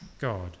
God